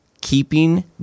Keeping